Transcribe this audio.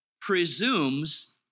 presumes